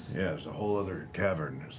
yeah, there's a whole other cavern. there's